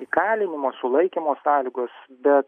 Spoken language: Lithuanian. įkalinimo sulaikymo sąlygos bet